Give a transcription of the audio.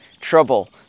trouble